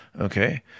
Okay